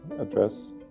address